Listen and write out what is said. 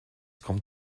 kommt